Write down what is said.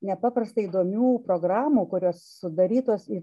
nepaprastai įdomių programų kurios sudarytos iš